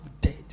dead